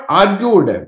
argued